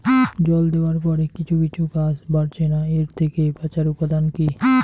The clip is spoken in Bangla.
জল দেওয়ার পরে কিছু কিছু গাছ বাড়ছে না এর থেকে বাঁচার উপাদান কী?